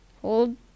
hold